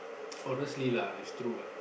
honestly lah it's true ah